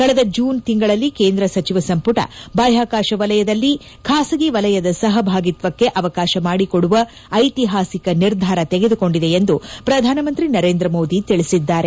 ಕಳೆದ ಜೂನ್ ತಿಂಗಳಲ್ಲಿ ಕೇಂದ್ರ ಸಚಿವ ಸಂಮಟ ಬಾಹ್ವಾಕಾಶ ವಲಯದಲ್ಲಿ ಖಾಸಗಿ ವಲಯದ ಸಹಭಾಗಿತ್ತಕ್ಕೆ ಅವಕಾಶ ಮಾಡಿಕೊಡುವ ಐತಿಹಾಸಿಕ ನಿರ್ಧಾರ ತೆಗೆದುಕೊಂಡಿದೆ ಎಂದು ಪ್ರಧಾನಮಂತ್ರಿ ನರೇಂದ್ರ ಮೋದಿ ತಿಳಿಸಿದ್ದಾರೆ